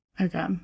Okay